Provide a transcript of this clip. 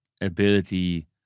ability